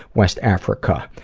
west africa,